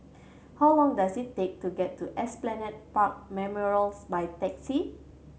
how long does it take to get to Esplanade Park Memorials by taxi